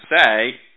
say